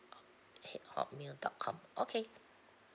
uh at hotmail dot com okay